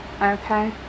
Okay